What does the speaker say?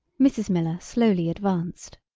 mrs. miller slowly advanced.